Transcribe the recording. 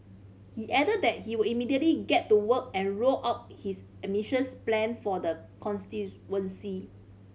he added that he will immediately get to work and roll out his ambitious plan for the constituency